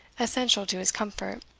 essential to his comfort,